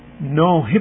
no